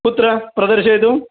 कुत्र प्रदर्शयतु